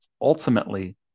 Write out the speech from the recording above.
ultimately